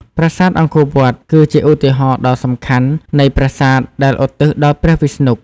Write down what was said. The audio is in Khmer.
ប្រាសាទអង្គរវត្ត គឺជាឧទាហរណ៍ដ៏សំខាន់នៃប្រាសាទដែលឧទ្ទិសដល់ព្រះវិស្ណុ។